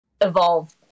evolve